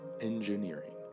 engineering